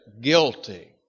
guilty